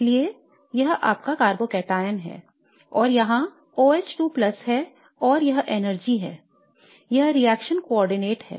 इसलिए यह आपका कार्बोकैटायन है और यहां OH2 है और यह ऊर्जा है यह रिएक्शन कोऑर्डिनेट है